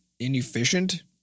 inefficient